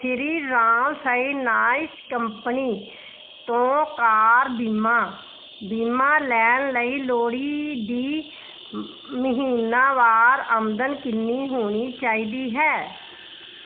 Shriram finance company ਤੋਂ car ਬੀਮਾ ਬੀਮਾ ਲੈਣ ਲਈ ਲੋੜੀਂਦੀ ਮਹੀਨਾਵਾਰ ਆਮਦਨ ਕਿੰਨੀ ਹੋਣੀ ਚਾਹੀਦੀ ਹੈ